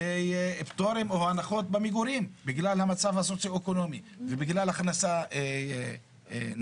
פטורים או הנחות במגורים בגלל המצב הסוציואקונומי ובגלל הכנסה נמוכה.